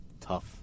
Tough